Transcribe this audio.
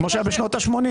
כמו שהיה בשנות השמונים.